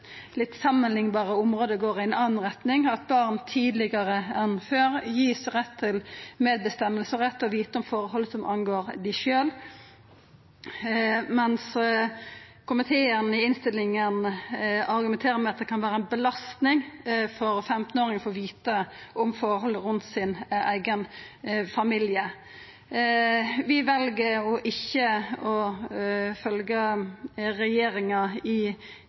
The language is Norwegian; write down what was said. litt samanliknbare område går i ei anna retning, at barn tidlegare enn før får rett til medbestemming og rett til å vita om forhold som angår dei sjølve, mens komiteen i innstillinga argumenterer med at det kan vera ei belastning for 15-åringar å få vita om forhold rundt sin eigen familie. Vi vel å ikkje følgja regjeringa i